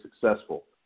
successful